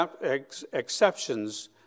exceptions